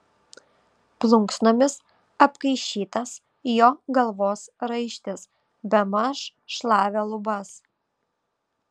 plunksnomis apkaišytas jo galvos raištis bemaž šlavė lubas